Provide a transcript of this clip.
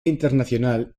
internacional